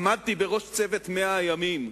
עמדתי בראש צוות 100 הימים,